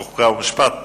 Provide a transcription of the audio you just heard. חוק ומשפט,